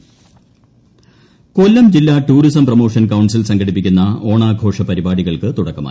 കൊല്ലം ഓണം കൊല്ലം ജില്ലാ tourism promotion council സംഘടിപ്പിക്കുന്ന ഓണാഘോഷ പരിപാടികൾക്ക് തുടക്കമായി